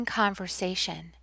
conversation